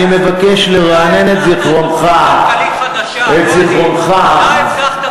כלכלית חדשה, לא אני.